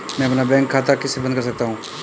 मैं अपना बैंक खाता कैसे बंद कर सकता हूँ?